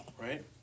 Right